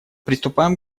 приступаем